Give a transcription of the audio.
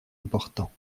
important